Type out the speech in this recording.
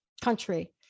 country